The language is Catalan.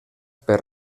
per